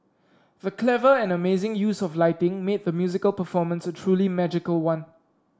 the clever and amazing use of lighting made the musical performance a truly magical one